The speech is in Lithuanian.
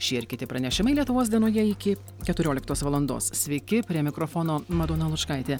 šie ir kiti pranešimai lietuvos dienoje iki keturioliktos valandos sveiki prie mikrofono madona lučkaitė